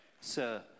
Sir